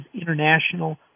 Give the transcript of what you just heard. international